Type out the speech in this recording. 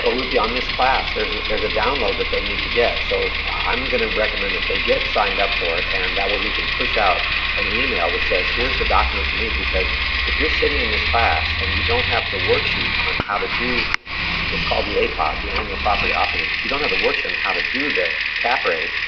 and ruthie, on this class, there's a download that they need to get. so i'm gonna recommend that they get signed up for it, and that way we can push out an email that says, here's the documents you need, because if you're sitting in this class, and you don't have the worksheet on how to do it's called the apod, the annual property operating data, if you don't have the worksheet on how to do the cap rate,